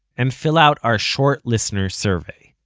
and fill out our short listener survey.